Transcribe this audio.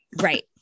right